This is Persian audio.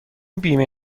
بیمه